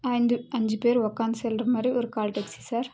ஐந்து அஞ்சு பேர் உட்காந்து செல்கிற மாதிரி ஒரு கால்டேக்ஸி சார்